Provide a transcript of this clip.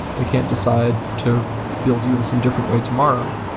they can't decide to build you in some different way tomorrow.